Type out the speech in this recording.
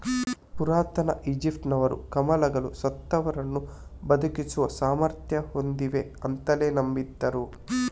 ಪುರಾತನ ಈಜಿಪ್ಟಿನವರು ಕಮಲಗಳು ಸತ್ತವರನ್ನ ಬದುಕಿಸುವ ಸಾಮರ್ಥ್ಯ ಹೊಂದಿವೆ ಅಂತಲೇ ನಂಬಿದ್ರು